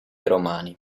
romani